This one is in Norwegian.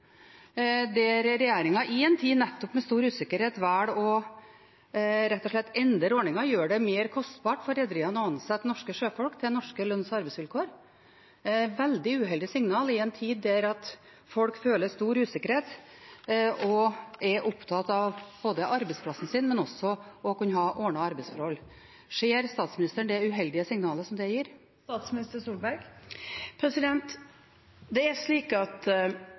I en tid med nettopp stor usikkerhet velger regjeringen rett og slett å endre ordningen og gjør det mer kostbart for rederiene å ansette norske sjøfolk til norske lønns- og arbeidsvilkår. Det er et veldig uheldig signal i en tid da folk føler stor usikkerhet og er opptatt av arbeidsplassen sin og av å kunne ha ordnede arbeidsforhold. Ser statsministeren det uheldige signalet som det gir? Det er slik at